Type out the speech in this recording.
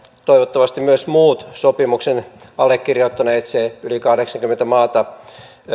toivottavasti myös muut sopimuksen allekirjoittaneet ne yli kahdeksankymmentä maata